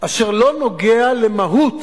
אשר לא נוגע למהות